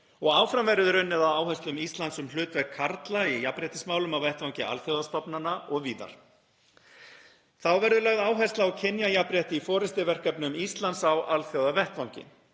og áfram verður unnið að áherslum Íslands um hlutverk karla í jafnréttismálum á vettvangi alþjóðastofnana og víðar. Þá verður lögð áhersla á kynjajafnrétti í verkefnum Íslands á alþjóðavettvangi.